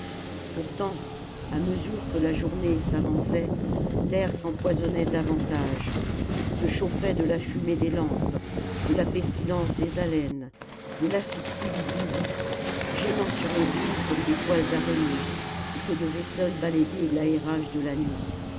pourtant à mesure que la journée s'avançait l'air s'empoisonnait davantage se chauffait de la fumée des lampes de la pestilence des haleines de l'asphyxie du grisou gênant sur les yeux comme des toiles d'araignée et que devait seul balayer l'aérage de la nuit